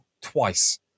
twice